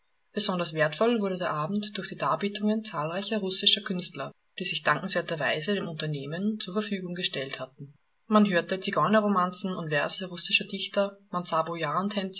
besonders wertvoll wurde der abend durch die darbietungen zahlreicher russischer künstler die sich dankenswerterweise dem unternehmen zur verfügung gestellt hatten man hörte zigeunerromanzen und verse russischer dichter man sah